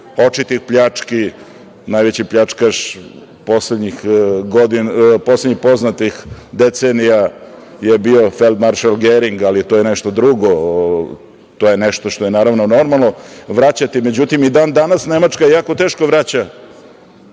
očitih pljački. Najveći pljačkaš poslednjih poznatih decenija je bio feldmaršal Gering, ali to je nešto drugo, to je nešto što je, naravno, normalno vraćati. Međutim, i dan danas Nemačka jako teško vraća